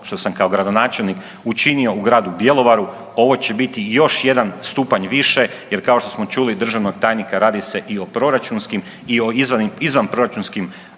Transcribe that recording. što sam kao gradonačelnik učinio u gradu Bjelovaru, ovo će biti još jedan stupanj više jer kao što čuli od državnog tajnika, radi se i o proračunskim